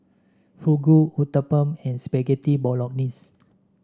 Fugu Uthapam and Spaghetti Bolognese